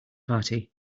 party